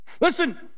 Listen